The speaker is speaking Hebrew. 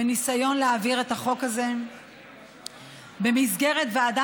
בניסיון להעביר את החוק הזה במסגרת ועדה